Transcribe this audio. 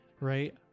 right